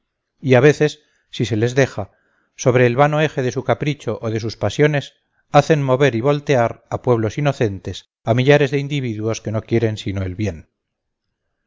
y a veces si se les deja sobre el vano eje de su capricho o de sus pasiones hacen mover y voltear a pueblos inocentes a millares de individuos que no quieren sino el bien